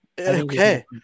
Okay